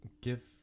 give